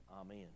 amen